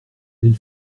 elle